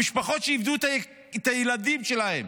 המשפחות שאיבדו את הילדים שלהם,